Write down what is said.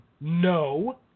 no